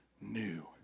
new